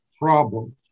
problem